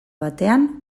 batean